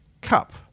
cup